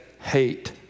hate